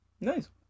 Nice